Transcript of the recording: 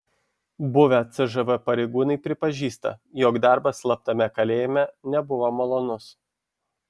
buvę cžv pareigūnai pripažįsta jog darbas slaptame kalėjime nebuvo malonus